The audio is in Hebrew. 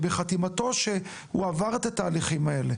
בחתימתו שהוא עבר את התהליכים האלה?